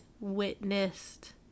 witnessed